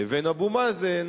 לבין אבו מאזן,